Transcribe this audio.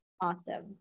awesome